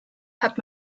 hat